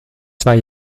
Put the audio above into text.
zwei